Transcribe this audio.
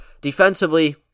Defensively